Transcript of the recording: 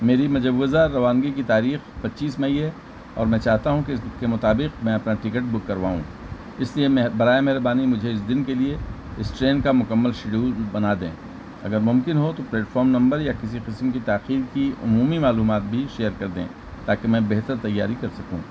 میری مجوزہ روانگی کی تاریخ پچیس مئی ہے اور میں چاہتا ہوں کہ اس کے مطابق میں اپنا ٹکٹ بک کرواؤں اس لیے میں برائے مہربانی مجھے اس دن کے لیے اس ٹرین کا مکمل شیڈیول بنا دیں اگر ممکن ہو تو پلیٹفام نمبر یا کسی قسم کی تاخیر کی عمومی معلومات بھی شیئر کر دیں تاکہ میں بہتر تیاری کر سکوں